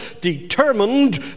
determined